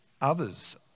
others